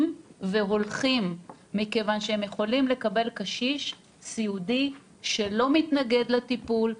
והולכים מכיוון שהם יכולים לקבל קשיש סיעודי שלא מתנגד לטיפול,